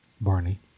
Barney